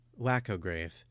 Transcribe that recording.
Wacko-grave